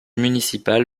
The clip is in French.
municipal